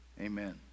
Amen